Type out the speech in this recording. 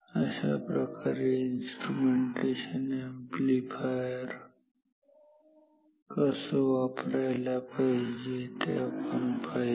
अशाप्रकारे instrumentation amplifier कसं वापरायला पाहिजे ते आपण पाहिलं